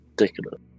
ridiculous